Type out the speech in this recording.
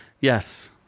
Yes